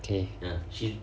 okay